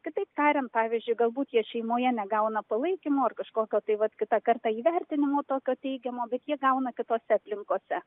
kitaip tariant pavyzdžiui galbūt jie šeimoje negauna palaikymo ar kažkokio tai vat kitą kartą įvertinimo tokio teigiamo bet jie gauna kitose aplinkose